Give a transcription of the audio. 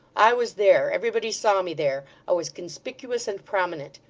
i was there, everybody saw me there. i was conspicuous, and prominent.